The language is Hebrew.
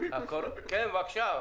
כן, בבקשה.